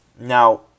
Now